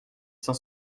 cent